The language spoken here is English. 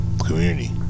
community